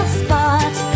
spot